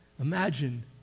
Imagine